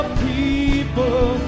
people